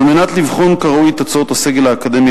על מנת לבחון כראוי את הוצאות הסגל האקדמי